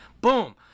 Boom